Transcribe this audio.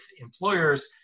employers